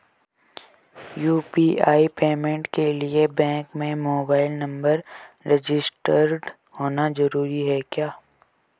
UPI payment के लिए bank में मोबाइल नंबर रजिस्टर्ड होना जरूरी है क्या?